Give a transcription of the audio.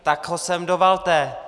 Tak ho sem dovalte!